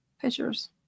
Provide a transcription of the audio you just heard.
pictures